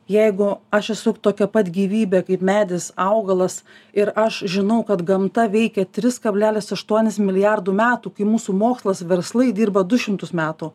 jeigu aš esu tokia pat gyvybė kaip medis augalas ir aš žinau kad gamta veikia tris kablelis aštuonis milijardų metų kai mūsų mokslas verslai dirba du šimtus metų